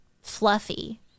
fluffy